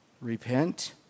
Repent